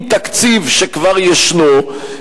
עם תקציב שכבר ישנו.